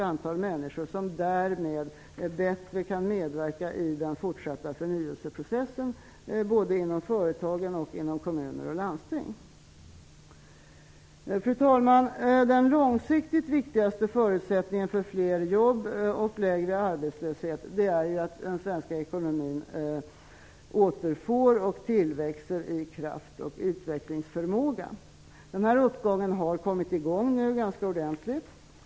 Dessa människor kan därmed bättre medverka i den fortsatta förnyelseprocessen inom såväl företag som kommuner och landsting. Fru talman! Den långsiktigt viktigaste förutsättningen för fler jobb och lägre arbetslöshet är att den svenska ekonomin återfår och tillväxer i kraft och i utvecklingsförmåga. Uppgången har kommit i gång ganska ordentligt.